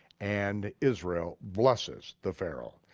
and israel blesses the pharaoh.